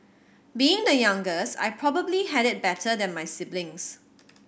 being the youngest I probably had it better than my siblings